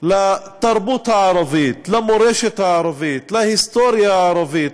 לתרבות הערבית, למורשת הערבית, להיסטוריה הערבית.